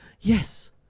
Yes